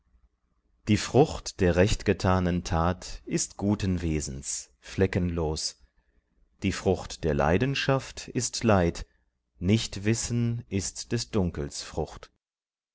die frucht der recht getanen tat ist guten wesens fleckenlos die frucht der leidenschaft ist leid nichtwissen ist des dunkels frucht